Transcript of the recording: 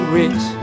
rich